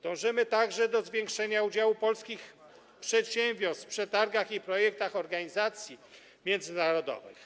Dążymy także do zwiększenia udziału polskich przedsiębiorstw w przetargach i projektach organizacji międzynarodowych.